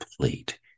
complete